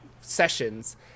sessions